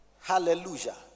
Hallelujah